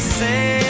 say